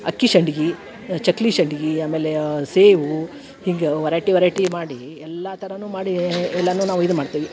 ಅಕ್ಕಿ ಸಂಡ್ಗಿ ಚಕ್ಕುಲಿ ಸಂಡ್ಗಿ ಆಮೇಲೆ ಸೇವು ಹಿಂಗೆ ವರೈಟಿ ವರೈಟಿ ಮಾಡಿ ಎಲ್ಲ ಥರವೂ ಮಾಡಿ ಎಲ್ಲನೂ ನಾವು ಇದು ಮಾಡ್ತೇವೆ